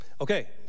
Okay